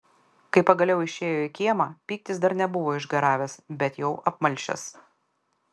kai pagaliau išėjo į kiemą pyktis dar nebuvo išgaravęs bet jau apmalšęs